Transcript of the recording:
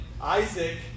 Isaac